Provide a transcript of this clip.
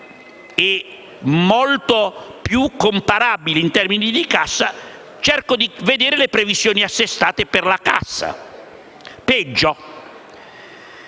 è molto più comparabile in termini di cassa, cerco di vedere previsioni assestate per la cassa. Peggio: